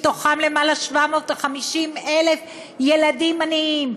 מתוכם למעלה מ-750,000 ילדים עניים,